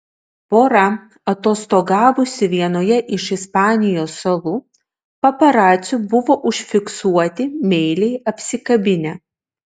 pora atostogavusi vienoje iš ispanijos salų paparacių buvo užfiksuoti meiliai apsikabinę